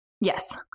Yes